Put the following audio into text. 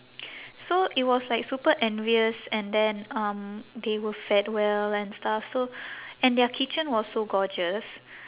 so it was like super envious and then um they were fed well and stuff so and their kitchen was so gorgeous